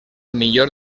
millor